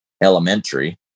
elementary